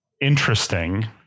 interesting